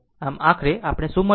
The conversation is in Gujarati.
આમ આખરે આપણને શું મળ્યું